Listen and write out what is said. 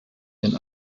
den